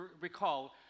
recall